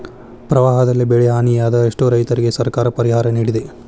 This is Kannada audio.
ಪ್ರವಾಹದಲ್ಲಿ ಬೆಳೆಹಾನಿಯಾದ ಎಷ್ಟೋ ರೈತರಿಗೆ ಸರ್ಕಾರ ಪರಿಹಾರ ನಿಡಿದೆ